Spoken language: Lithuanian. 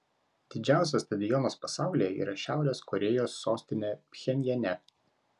didžiausias stadionas pasaulyje yra šiaurės korėjos sostinėje pchenjane